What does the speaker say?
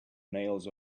nails